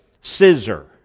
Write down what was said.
scissor